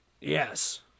yes